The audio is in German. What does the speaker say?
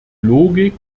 logik